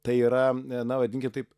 tai yra na vadinkim taip